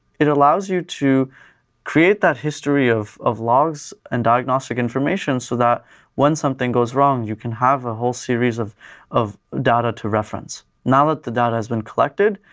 it allows you to create that history of of logs and diagnostic information so that when something goes wrong, you can have a whole series of of data to reference. now that the data has collected,